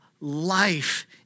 life